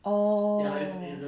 oh